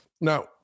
Now